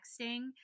texting